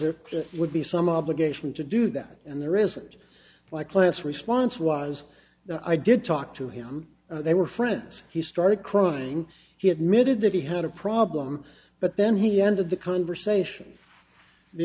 or would be some obligation to do that and there isn't like last response was i did talk to him they were friends he started crying he admitted that he had a problem but then he ended the conversation the